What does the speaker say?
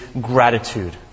gratitude